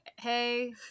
Hey